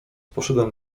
poszedłem